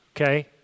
okay